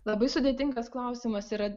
labai sudėtingas klausimas yra